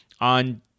on